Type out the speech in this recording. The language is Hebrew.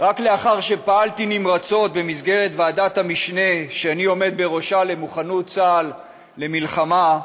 רק לאחר שפעלתי נמרצות במסגרת ועדת המשנה למוכנות צה"ל למלחמה,